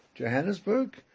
Johannesburg